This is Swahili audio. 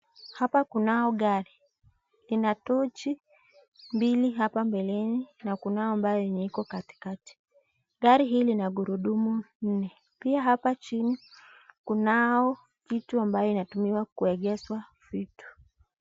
Hapa kunao gari. Ina tochi mbili hapa mbeleni na kunao ambayo yenye iko katikati. Gari hii ina gurudumu nne. Pia hapa chini kunao vitu ambavyo inatumiwa kuegezwa vitu.